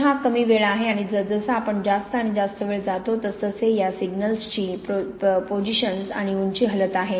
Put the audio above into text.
तर हा कमी वेळ आहे आणि जसजसा आपण जास्त आणि जास्त वेळ जातो तसतसे या सिग्नल्सची पोझिशन्स आणि उंची हलत आहे